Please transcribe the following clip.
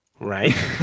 right